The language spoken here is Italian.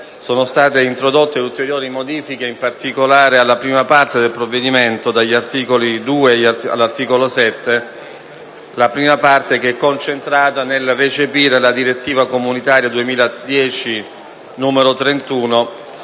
sono state introdotte ulteriori modifiche, in particolare alla prima parte del provvedimento, dall'articolo 2 all'articolo 7, che è concentrata nel recepire la direttiva comunitaria n. 31